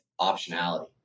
optionality